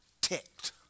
ticked